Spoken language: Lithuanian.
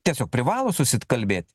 tiesiog privalo susitkalbėt